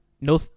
No